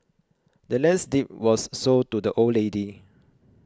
the land's deed was sold to the old lady